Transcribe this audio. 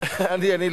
שלא